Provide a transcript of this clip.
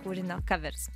kūrinio kaveris